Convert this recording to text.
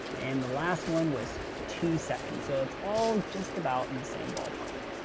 and the last one was two seconds. so it's all just about in the same ballpark.